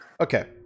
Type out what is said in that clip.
Okay